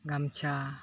ᱜᱟᱢᱪᱷᱟ